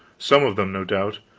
some of them, no doubt,